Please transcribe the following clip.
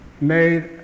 made